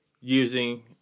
using